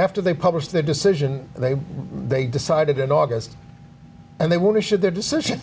after they published the decision they they decided in august and they were issued their decision